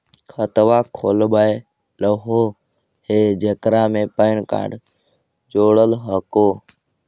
खातवा खोलवैलहो हे जेकरा मे पैन कार्ड जोड़ल हको?